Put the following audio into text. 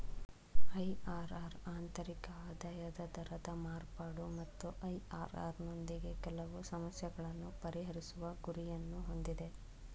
IRR ಆಂತರಿಕ ಆದಾಯದ ದರದ ಮಾರ್ಪಾಡು ಮತ್ತು ಐ.ಆರ್.ಆರ್ ನೊಂದಿಗೆ ಕೆಲವು ಸಮಸ್ಯೆಗಳನ್ನು ಪರಿಹರಿಸುವ ಗುರಿಯನ್ನು ಹೊಂದಿದೆ